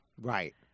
Right